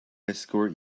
escort